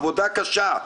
עבודה קשה,